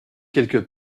quelques